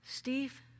Steve